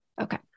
Okay